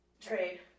Trade